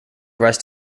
rest